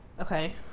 Okay